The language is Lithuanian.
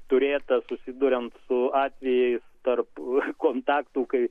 turėta susiduriant su atvejais tarp kontaktų kai